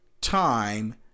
time